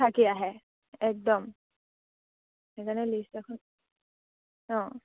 থাকি আহে একদম সেইকাৰণে লিষ্ট এখন অঁ